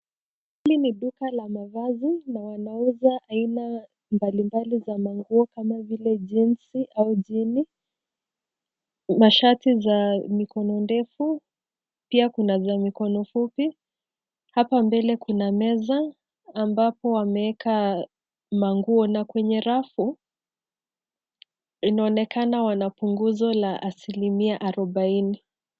Hii ni duka la mavazi na wanauza aina, mbalimbali za manguo kama vile jinzi au jini, mashati za mikono ndefu, pia kuna vya mikono fupi, hapo mbele kuna meza, ambapo wameeka, manguo na kwenye rafu, inaonekana wana punguzo la asilimia arubaini.